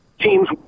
teams